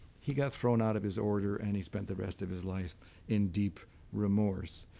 he got thrown out of his order and he spent the rest of his life in deep remorse.